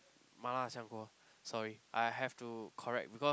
麻辣香锅 sorry I have to correct because